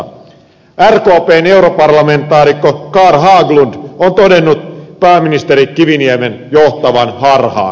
rkpn europarlamentaarikko carl haglund on todennut pääministeri kiviniemen johtavan harhaan